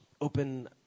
Open